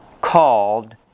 called